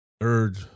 Third